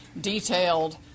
detailed